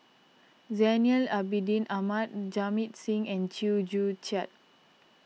Zainal Abidin Ahmad Jamit Singh and Chew Joo Chiat